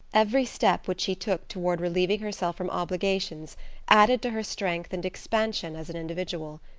every step which she took toward relieving herself from obligations added to her strength and expansion as an individual.